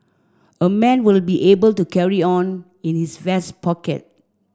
a man will be able to carry on in his vest pocket